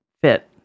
fit